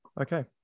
okay